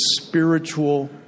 spiritual